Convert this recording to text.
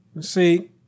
See